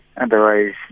Otherwise